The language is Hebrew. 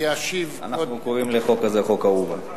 אנחנו קוראים לחוק הזה "חוק אהובה".